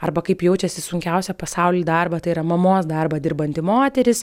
arba kaip jaučiasi sunkiausią pasauly darbą tai yra mamos darbą dirbanti moteris